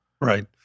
Right